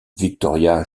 victoria